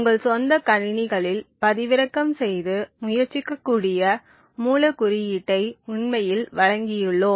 உங்கள் சொந்த கணிணிகளில் பதிவிறக்கம் செய்து முயற்சிக்கக்கூடிய மூலக் குறியீட்டை உண்மையில் வழங்கியுள்ளோம்